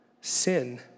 sin